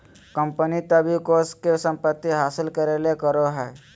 company तब इ कोष के संपत्ति हासिल करे ले करो हइ